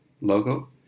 logo